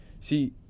see